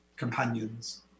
Companions